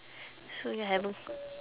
so you haven't